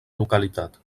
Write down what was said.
localitat